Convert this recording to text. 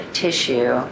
tissue